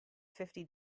fifty